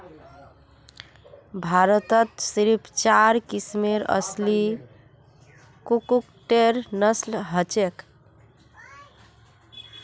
भारतत सिर्फ चार किस्मेर असली कुक्कटेर नस्ल हछेक